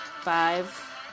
Five